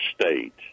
state